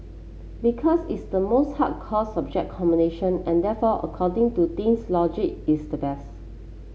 because it's the most hardcore subject combination and therefore according to teens logic it's the best